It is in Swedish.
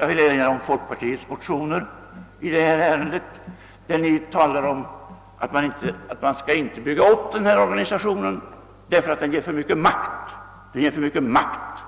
Jag vill erinra om folkpartiets motioner i detta sammanhang, där det sades att vi inte skall bygga upp organisationen så kraftigt, därför att den ger för stor makt